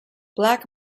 black